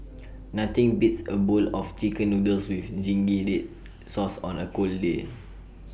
nothing beats A bowl of Chicken Noodles with Zingy Red Sauce on A cold day